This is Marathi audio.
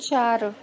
चार